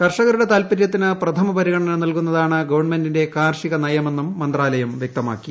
കർഷകരുടെ താല്പരൃത്തിന് പ്രഥമ പരിഗണന നല്കുന്നതാണ് ഗവണ്മെന്റിന്റെ കാർഷിക നയമെന്നും മന്ത്രാലയം വൃക്തമാക്കി